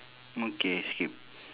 okay skip